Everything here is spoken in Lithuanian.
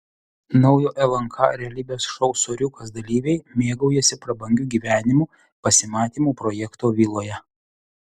naujo lnk realybės šou soriukas dalyviai mėgaujasi prabangiu gyvenimu pasimatymų projekto viloje